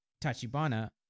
Tachibana